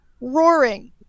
roaring